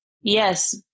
yes